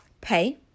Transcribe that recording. pay